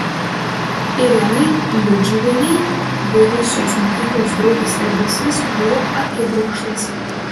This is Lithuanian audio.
irenai liudžiuvienei buvusios mokyklos draugės elgesys buvo akibrokštas